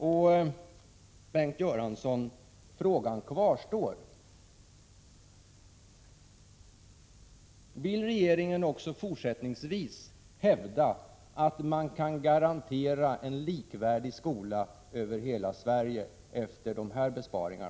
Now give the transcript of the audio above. Frågan kvarstår obesvarad, Bengt Göransson: Vill regeringen också fortsättningsvis hävda att man kan garantera en likvärdig skola över hela Sverige efter dessa besparingar?